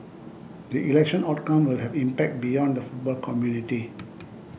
the election outcome will have impact beyond the football community